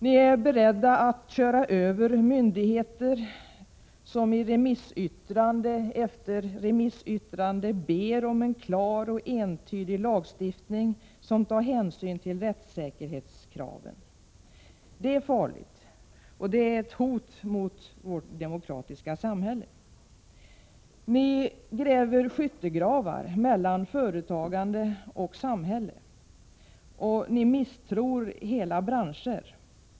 Ni är beredda att köra över myndigheter, som i remissyttrande efter remissyttrande ber om en klar och entydig lagstiftning där hänsyn tas till rättssäkerhetskraven. Det är farligt, och det är ett hot mot vårt demokratiska samhälle. Ni gräver skyttegravar mellan företagande och samhälle, och ni misstror hela branscher.